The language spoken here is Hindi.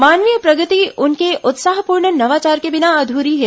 मानवीय प्रगति उनके उत्साहपूर्ण नवाचार के बिना अधूरी है